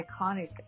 iconic